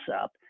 up